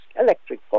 electric